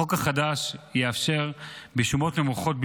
החוק החדש יאפשר, בשומות נמוכות בלבד,